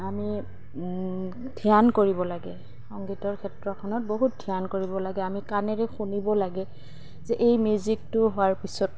আমি ধ্যান কৰিব লাগে সংগীতৰ ক্ষেত্ৰখনত বহুত ধ্যান কৰিব লাগে আমি কাণেৰে শুনিব লাগে যে এই মিউজিকটো হোৱাৰ পিছত